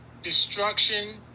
Destruction